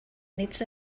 needs